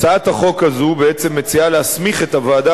הצעת החוק הזו בעצם מציעה להסמיך את הוועדה